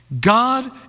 God